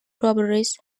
properties